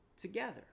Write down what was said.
Together